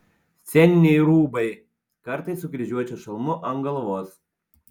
sceniniai rūbai kartais su kryžiuočio šalmu ant galvos